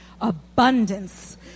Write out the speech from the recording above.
abundance